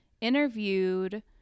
interviewed